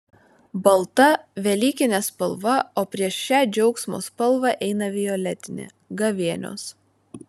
balta velykinė spalva o prieš šią džiaugsmo spalvą eina violetinė gavėnios